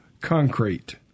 concrete